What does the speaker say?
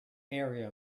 area